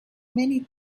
many